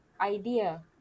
idea